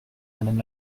madame